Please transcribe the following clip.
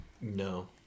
No